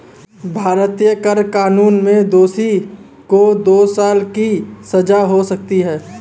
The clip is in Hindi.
भारतीय कर कानून में दोषी को दो साल की सजा हो सकती है